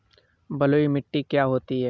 बलुइ मिट्टी क्या होती हैं?